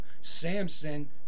Samson